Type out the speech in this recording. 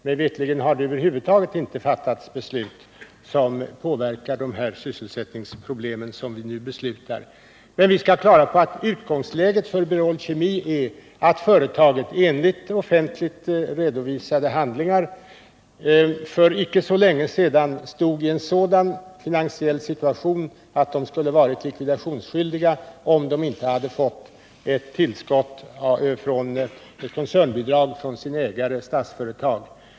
Mig veterligen har det över huvud taget inte fattats något beslut som påverkar de sysselsättningsproblem som vi nu skall besluta om. Vi måste vara på det klara med att utgångsläget för Berol Kemi är att företaget enligt offentligt redovisade handlingar för icke så länge sedan befann sig i en sådan finansiell situation att man skulle ha varit likvidationsskyldig om man inte hade fått ett koncernbidrag från sin ägare, Statsföretag.